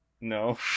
No